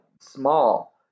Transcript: small